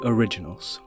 Originals